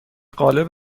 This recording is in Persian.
قالب